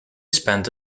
spent